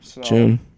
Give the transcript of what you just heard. June